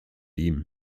ihm